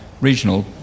regional